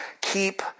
keep